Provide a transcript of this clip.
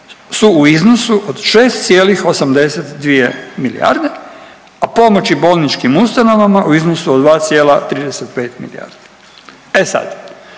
su u iznosu od 6,82 milijarde, a pomoći bolničkim ustanovama u iznosu od 2,35 milijardi. E sad,